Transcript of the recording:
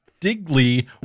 Digley